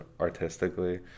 artistically